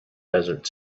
desert